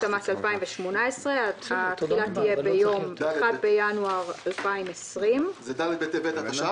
המס 2018 התחילה תהיה ביום 1 בינואר 2020. זה ד' בטבת התש"ף.